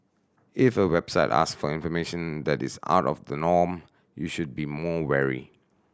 if a website ask for information that is out of the norm you should be more wary